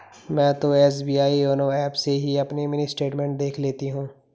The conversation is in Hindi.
मैं तो एस.बी.आई योनो एप से ही अपनी मिनी स्टेटमेंट देख लेती हूँ